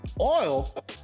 oil